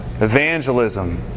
evangelism